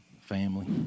family